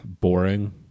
Boring